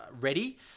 ready